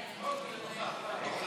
והוראות נוספות)